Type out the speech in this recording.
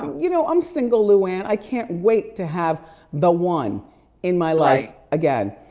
you know, i'm single, luann. i can't wait to have the one in my life again.